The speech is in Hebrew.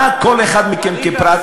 מה כל אחד מכם כפרט,